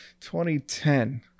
2010